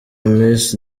miss